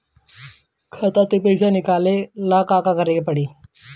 खाता से पैसा निकाले ला का का करे के पड़ी?